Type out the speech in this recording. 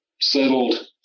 settled